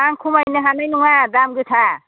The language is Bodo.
आं खमायनो हानाय नङा दाम गोसा